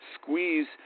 squeeze